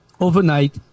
overnight